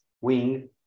wing